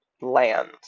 land